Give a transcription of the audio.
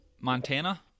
Montana